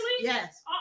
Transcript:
Yes